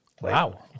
Wow